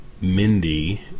Mindy